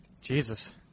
Jesus